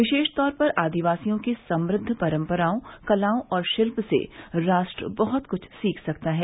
विशेषतौर पर आदिवासियों की समृद्व परम्पराओं कलाओं और शिल्प से राष्ट्र बहत कृष्ठ सीख सकता है